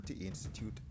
Institute